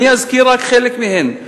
אני אזכיר רק חלק מהן.